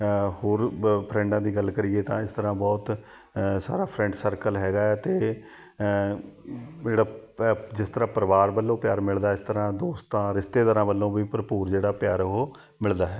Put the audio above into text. ਹੋਰ ਬ ਫਰੈਂਡਾਂ ਦੀ ਗੱਲ ਕਰੀਏ ਤਾਂ ਇਸ ਤਰ੍ਹਾਂ ਬਹੁਤ ਸਾਰਾ ਫਰੈਂਡ ਸਰਕਲ ਹੈਗਾ ਹੈ ਅਤੇ ਜਿਹੜਾ ਪ ਜਿਸ ਤਰ੍ਹਾਂ ਪਰਿਵਾਰ ਵੱਲੋਂ ਪਿਆਰ ਮਿਲਦਾ ਇਸ ਤਰ੍ਹਾਂ ਦੋਸਤਾਂ ਰਿਸ਼ਤੇਦਾਰਾਂ ਵੱਲੋਂ ਵੀ ਭਰਪੂਰ ਜਿਹੜਾ ਪਿਆਰ ਉਹ ਮਿਲਦਾ ਹੈ